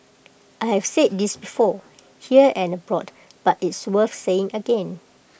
I have said this before here and abroad but it's worth saying again